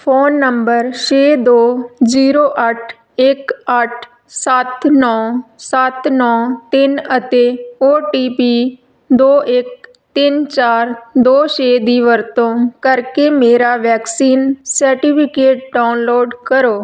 phone number ਛੇ ਦੋ zero ਅੱਠ ਇੱਕ ਅੱਠ ਸੱਤ ਨੌ ਸੱਤ ਨੌ ਤਿੰਨ ਅਤੇ ਓ ਟੀ ਪੀ ਦੋ ਇੱਕ ਤਿੰਨ ਚਾਰ ਦੋ ਛੇ ਦੀ ਵਰਤੋਂ ਕਰਕੇ ਮੇਰਾ ਵੈਕਸੀਨ ਸਰਟੀਫਿਕੇਟ ਡਾਊਨਲੋਡ ਕਰੋ